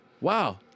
Wow